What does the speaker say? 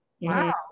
wow